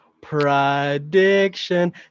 prediction